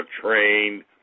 trained